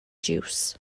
juice